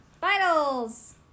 Finals